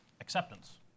acceptance